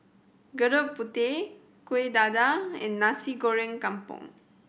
Gudeg Putih Kueh Dadar and Nasi Goreng Kampung